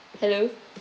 hello